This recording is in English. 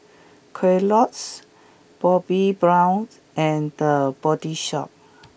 Kellogg's Bobbi Brown and The Body Shop